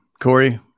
Corey